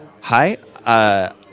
Hi